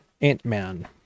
ant-man